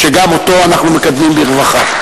וגם אותו אנחנו מקדמים בברכה.